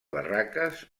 barraques